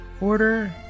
order